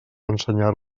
ensenyant